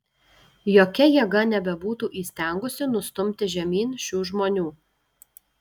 jokia jėga nebebūtų įstengusi nustumti žemyn šių žmonių